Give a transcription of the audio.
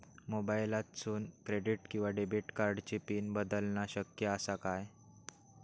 मोबाईलातसून क्रेडिट किवा डेबिट कार्डची पिन बदलना शक्य आसा काय?